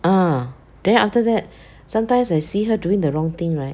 ah then after that sometimes I see her doing the wrong thing right